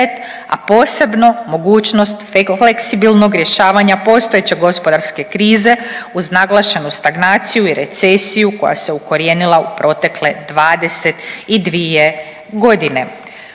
a posebno mogućnost fleksibilnog rješavanja postojeće gospodarske krize uz naglašenu stagnaciju i recesiju koja se ukorijenila u protekle 22 godine.